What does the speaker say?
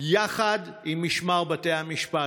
יחד עם משמר בתי המשפט.